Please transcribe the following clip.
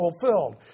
fulfilled